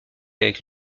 avec